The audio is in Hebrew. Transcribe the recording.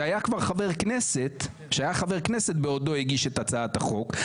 שהיה חבר כנסת בזמן שהגיש את הצעת החוק,